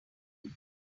them